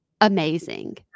amazing